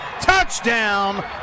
Touchdown